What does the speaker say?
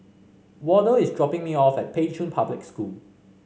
Wardell is dropping me off at Pei Chun Public School